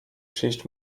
przyjść